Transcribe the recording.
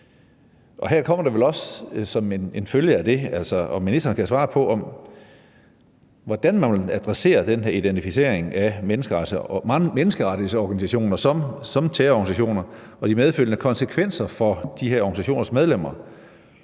Her kommer det vel også som en følge af det, om ministeren kan svare på, hvordan man vil adressere den her identificering af mange menneskerettighedsorganisationer som terrororganisationer og de medfølgende konsekvenser for de her organisationers medlemmer.